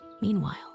Meanwhile